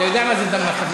אתה יודע מה זה "דמו ח'פיף".